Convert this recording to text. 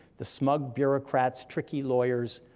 the smug bureaucrats, tricky lawyers,